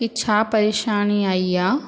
की छा परेशानी आई आहे